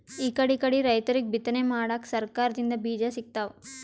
ಇಕಡಿಕಡಿ ರೈತರಿಗ್ ಬಿತ್ತನೆ ಮಾಡಕ್ಕ್ ಸರಕಾರ್ ದಿಂದ್ ಬೀಜಾ ಸಿಗ್ತಾವ್